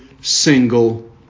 single